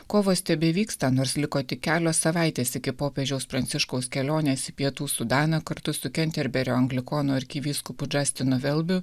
kovos tebevyksta nors liko tik kelios savaitės iki popiežiaus pranciškaus kelionės į pietų sudaną kartu su kenterberio anglikonų arkivyskupu džastinu velbiu